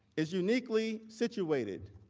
is uniquely situated,